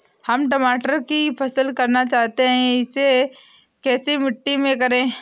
हम टमाटर की फसल करना चाहते हैं इसे कैसी मिट्टी में करें?